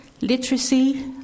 literacy